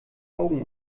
augen